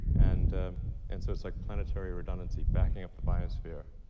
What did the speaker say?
and and so, it's like planetary redundancy, backing up the biosphere.